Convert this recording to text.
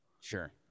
Sure